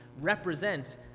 represent